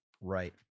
Right